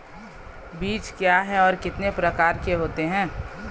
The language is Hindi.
बीज क्या है और कितने प्रकार के होते हैं?